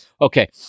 Okay